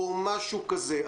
או משהו כזה.